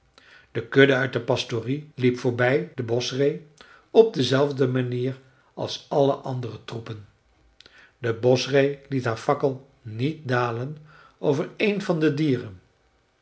de kudde uit de pastorie liep voorbij de boschree op dezelfde manier als alle andere troepen de boschree liet haar fakkel niet dalen over een van de dieren